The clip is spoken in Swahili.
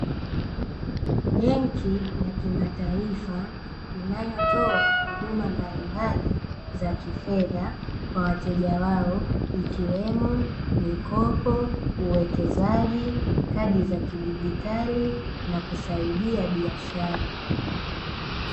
Benki ya kimataifa inayotoa huduma mbalimbali za kifedha kwa wateja wao ikiwemo mikopo, uwekezaji, kadi za kidigitali, na kusaidia biashara.